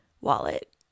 wallet